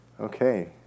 Okay